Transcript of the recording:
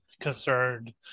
concerned